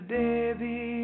baby